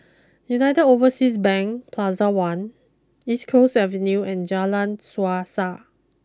United Overseas Bank Plaza one East Coast Avenue and Jalan Suasa